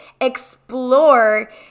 explore